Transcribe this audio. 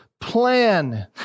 plan